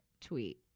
tweet